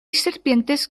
serpientes